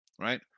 right